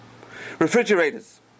Refrigerators